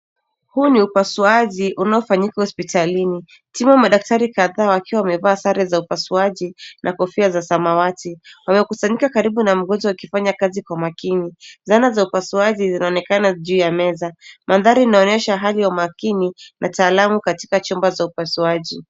Huu ni upasuaji unaofanyika hospitalini. Timo madaktari kadhaa wakiwa wamevaa sare za upasuaji na kofia za samawati. Wamekusanyika karibu na mgonjwa wakifanya kazi kwa makini. Zana za upasuaji zinaonekana juu ya meza. Mandhari inaonyesha hali ya umakini na taalamu katika chumba cha upasuaji.